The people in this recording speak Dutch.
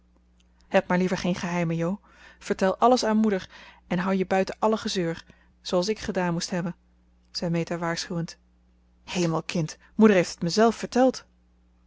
heb maar liever geen geheimen jo vertel alles aan moeder en houd je buiten alle gezeur zooals ik gedaan moest hebben zei meta waarschuwend hemel kind moeder heeft het mezelf verteld